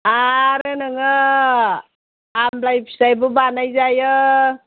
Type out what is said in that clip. आरो नोङो आमलाय फिथाइबो बानाय जायो